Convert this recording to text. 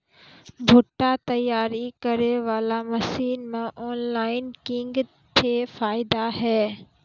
भुट्टा तैयारी करें बाला मसीन मे ऑनलाइन किंग थे फायदा हे?